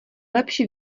lepší